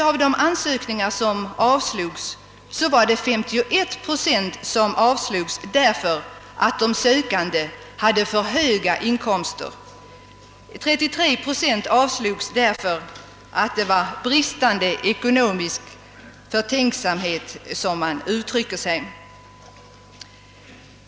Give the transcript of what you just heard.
Av de ansökningar som avslogs var 51 procent från sådana sökande som hade för höga inkomster. 33 procent avslogs på grund av bristande ekonomisk förtänksamhet, som styrelsen uttrycker sig.